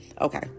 Okay